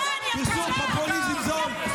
אתם הפקרתם אותם, אתם.